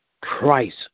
Christ